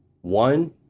one